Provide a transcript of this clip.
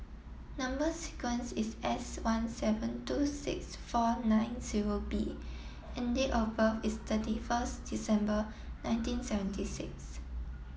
number sequence is S one seven two six four nine zero B and date of birth is thirty first December nineteen seventy six